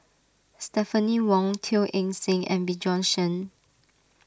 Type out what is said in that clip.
Stephanie Wong Teo Eng Seng and Bjorn Shen